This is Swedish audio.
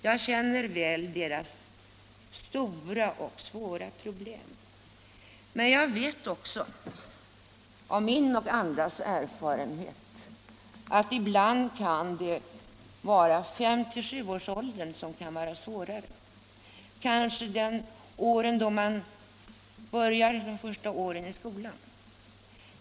Jag känner väl deras stora och svåra problem, men jag vet också, av min och andras erfarenhet, att ibland kan fem-sjuårsåldern vara svårare. Det kan vara de första åren i skolan.